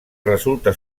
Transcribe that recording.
resulta